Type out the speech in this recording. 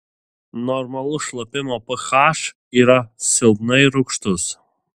normalus šlapimo ph yra silpnai rūgštus